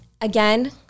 again